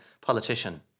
politician